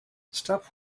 stop